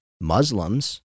Muslims